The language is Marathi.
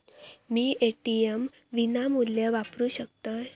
मी ए.टी.एम विनामूल्य वापरू शकतय?